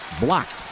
Blocked